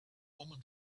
woman